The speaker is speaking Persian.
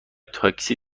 تاکسی